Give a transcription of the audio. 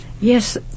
Yes